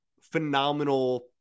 phenomenal